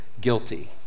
guilty